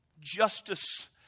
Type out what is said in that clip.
justice